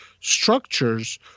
structures